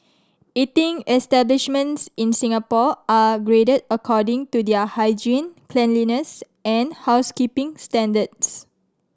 eating establishments in Singapore are graded according to their hygiene cleanliness and housekeeping standards